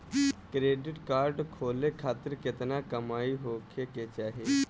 Credit card खोले खातिर केतना कमाई होखे के चाही?